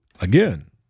Again